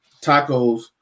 tacos